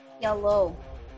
yellow